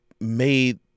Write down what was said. made